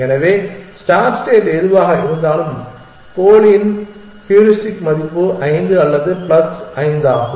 எனவே start state எதுவாக இருந்தாலும் கோலின் ஹூரிஸ்டிக் மதிப்பு 5 அல்லது பிளஸ் 5 ஆகும்